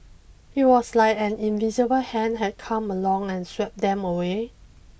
it was like an invisible hand had come along and swept them away